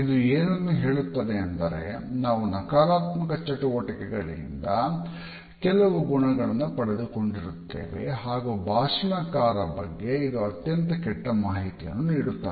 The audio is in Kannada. ಇದು ಏನನ್ನು ಹೇಳುತ್ತದೆ ಅಂದರೆ ನಾವು ನಕಾರಾತ್ಮಕ ಚಟುವಟಿಕೆಗಳಿಂದ ಕೆಲವು ಗುಣವನ್ನು ಪಡೆದುಕೊಂಡಿರುತ್ತೇವೆ ಹಾಗು ಭಾಷಣಕಾರ ಬಗ್ಗೆ ಇದು ಅತ್ಯಂತ ಕೆಟ್ಟ ಮಾಹಿತಿಯನ್ನು ನೀಡುತ್ತದೆ